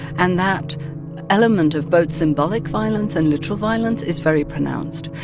and that element of both symbolic violence and literal violence is very pronounced.